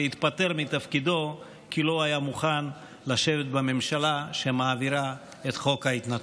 והתפטר מתפקידו כי לא היה מוכן לשבת בממשלה שמעבירה את חוק ההתנתקות.